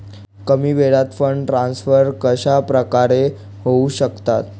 कमी वेळात fund transfer कशाप्रकारे होऊ शकतात?